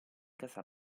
casa